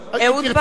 אם תרצה,